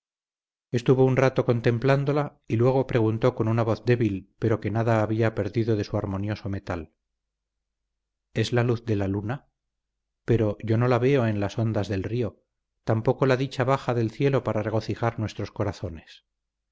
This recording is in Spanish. estuvo un rato contemplándola y luego preguntó con una voz débil pero que nada había perdido de su armonioso metal es la luz de la luna pero yo no la veo en las ondas del río tampoco la dicha baja del cielo para regocijar nuestros corazones